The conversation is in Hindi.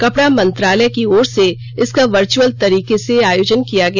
कपड़ा मंत्रालय की ओर से इसका वर्च्अल तरीके से आयोजन किया गया